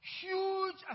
Huge